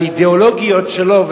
האידיאולוגיות שלו,